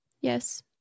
Yes